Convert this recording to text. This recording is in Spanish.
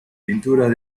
pinturas